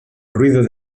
ruido